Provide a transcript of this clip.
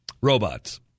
Robots